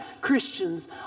Christians